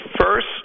first